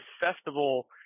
festival